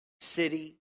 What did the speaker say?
city